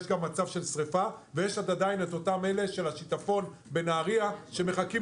יש גם מצב של שריפה ויש אותם אלה של השיטפון בנהריה שמחכים